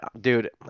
dude